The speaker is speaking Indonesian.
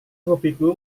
hobiku